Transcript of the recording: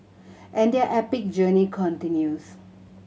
and their epic journey continues